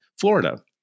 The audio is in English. Florida